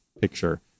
picture